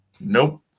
Nope